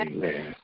Amen